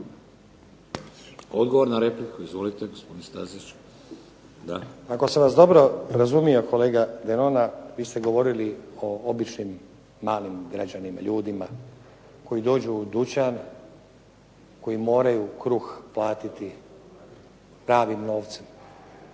Odgovor na repliku, izvolite gospodine Staziću. Da. **Stazić, Nenad (SDP)** Ako sam vas dobro razumio kolega Denona vi ste govorili o običnim malim građanima, ljudima koji dođu u dućan, koji moraju kruh platiti pravim novcem.